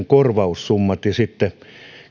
korvaussumma ja sitten